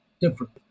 different